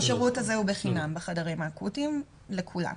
לא, השירות הזה הוא בחינם בחדרים האקוטיים לכולם.